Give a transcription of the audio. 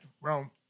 Rome